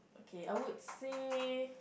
okay I would say